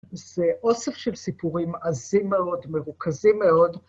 זה אוסף של סיפורים עזםי מאוד, מרוכזים מאוד.